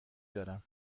دارم